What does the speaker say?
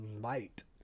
light